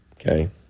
Okay